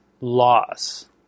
loss